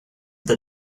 the